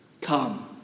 come